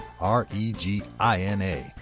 r-e-g-i-n-a